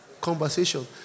conversation